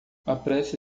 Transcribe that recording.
apresse